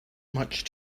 much